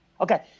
Okay